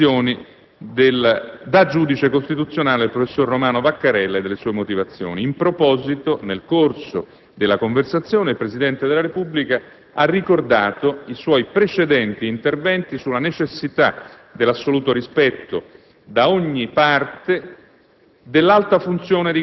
della lettera di dimissioni da Giudice Costituzionale del Professor Romano Vaccarella e delle sue motivazioni. In proposito, nel corso della conversazione, il Presidente della Repubblica ha ricordato i suoi precedenti interventi sulla necessità dell'assoluto rispetto da ogni parte